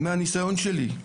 מהניסיון שלי,